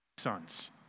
sons